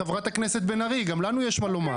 חברת הכנסת בן ארי, גם לנו יש מה לומר.